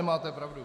Máte pravdu.